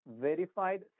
verified